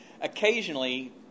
occasionally